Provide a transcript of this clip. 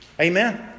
Amen